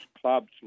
clubs